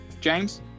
James